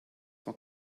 for